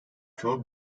çoğu